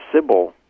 Sybil